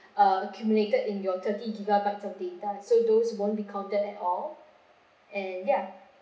uh accumulated in your thirty gigabyte of data so those won't be counted at all and yeah